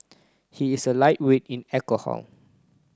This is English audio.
he is a lightweight in alcohol